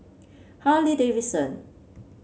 Harley Davidson